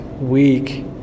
week